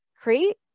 create